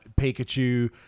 Pikachu